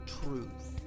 truth